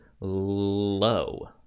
Low